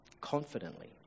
confidently